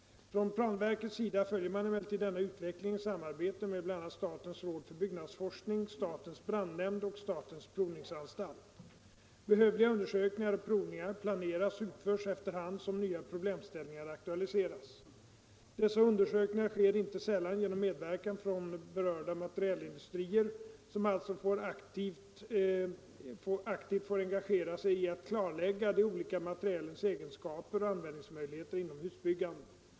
Från planverkets sida följer man emellertid denna utveckling i samarbete med bl.a. statens råd för byggnadsforskning, statens brandnämnd och statens provningsanstalt. Behövliga undersökningar och provningar planeras och utförs efter hand som nya problemställningar aktualiseras. Dessa undersökningar sker inte sällan genom medverkan från berörda materialindustrier, som alltså aktivt får engagera sig i att klarlägga de olika materialens egenskaper och användningsmöjligheter inom husbyggande.